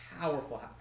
powerful